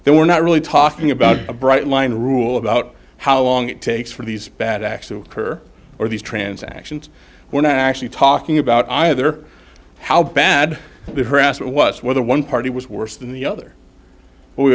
there we're not really talking about a bright line rule about how long it takes for these bad acts occur or these transactions were actually talking about either how bad the harassment was whether one party was worse than the other we